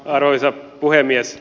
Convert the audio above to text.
arvoisa puhemies